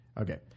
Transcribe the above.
Okay